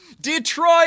Detroit